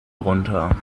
runter